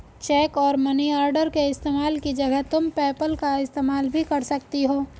check और money order के इस्तेमाल की जगह तुम पेपैल का इस्तेमाल भी कर सकती हो